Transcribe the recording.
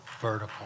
vertical